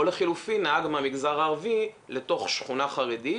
או לחילופין נהג מהמגזר הערבי לתוך שכונה חרדית